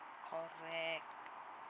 correct